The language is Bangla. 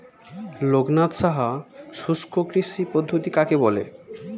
লোকনাথ সাহা শুষ্ককৃষি পদ্ধতি কাকে বলে?